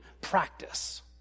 practice